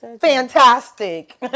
fantastic